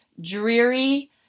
dreary